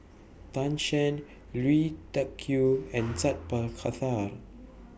Tan Shen Lui Tuck Yew and Sat Pal Khattar